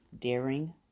Daring